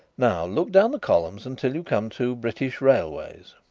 now look down the columns until you come to british railways.